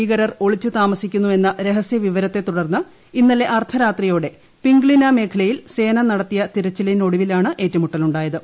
ഭീകരർ ഒളിച്ചുത്രാമസിക്കുന്നുവെന്ന രഹസ്യ വിവരത്തെ തുടർന്ന് ഇന്നള്ളി അർദ്ധരാത്രിയോടെ പിങ്ക്ളിന മേഖലയിൽ സേന നടത്തിയി ്തിര്ച്ചിലിനൊടുവിലാണ് ഏറ്റുമുട്ടൽ ഉണ്ടായത്